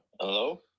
Hello